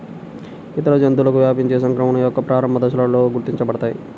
ఇతర జంతువులకు వ్యాపించే సంక్రమణ యొక్క ప్రారంభ దశలలో గుర్తించబడతాయి